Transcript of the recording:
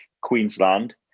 Queensland